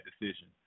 decision